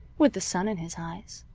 with the sun in his eyes.